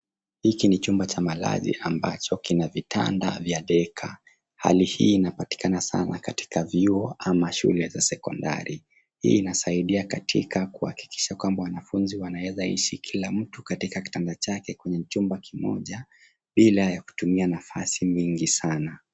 Hiki ni chumba cha malazi amabacho kina vitanda vya deka. Hali hii inpatikana sana katika vyuo ama shule za sekondari. Hii inasaidia kuhakikisha kuwa wanafunzi wanaweza kuishi kila mtu katika kitanda chake kwenye kitanda kimoja bila ya kutumia nafasi nyingi sana.